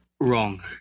Wrong